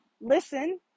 listen